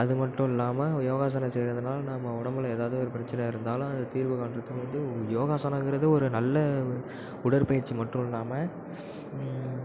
அது மட்டும் இல்லாமல் யோகாசனம் செய்கிறதுனால நம்ம உடம்புல எதாவது ஒரு பிரச்சின இருந்தாலும் அது தீர்வு காண்கிறதுக்கு வந்து யோகாசனங்கிறது ஒரு நல்ல உடற்பயிற்சி மட்டும் இல்லாமல்